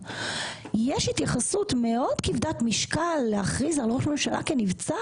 שיש לנו עתירה ספציפית תלויה ועומדת על נבצרות ראש הממשלה שלנו.